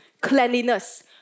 cleanliness